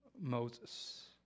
Moses